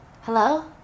Hello